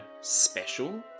special